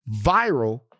viral